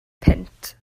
punt